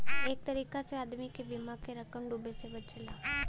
एक तरीका से आदमी के बीमा क रकम डूबे से बचला